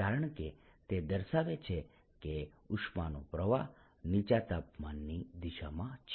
કારણ કે તે દર્શાવે છે કે ઉષ્માનો પ્રવાહ નીચા તાપમાનની દિશામાં છે